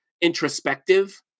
introspective